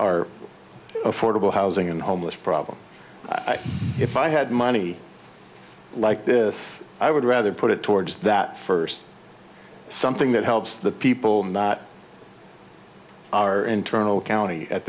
are affordable housing and homeless problem i think if i had money like this i would rather put it towards that first something that helps the people not our internal county at